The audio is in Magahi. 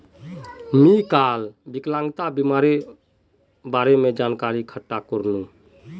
मी काल विकलांगता बीमार बारे जानकारी इकठ्ठा करनु